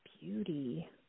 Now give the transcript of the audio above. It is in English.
Beauty